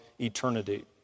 eternity